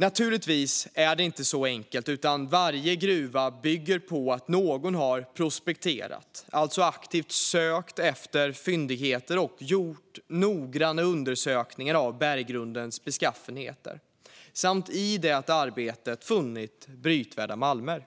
Naturligtvis är det inte så enkelt, utan varje gruva bygger på att någon har prospekterat, alltså aktivt sökt efter fyndigheter och gjort noggranna undersökningar av berggrundens beskaffenhet och i det arbetet funnit brytvärda malmer.